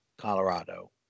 Colorado